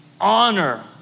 honor